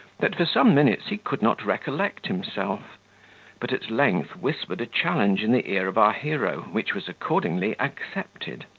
that, for some minutes, he could not recollect himself but at length whispered a challenge in the ear of our hero, which was accordingly accepted.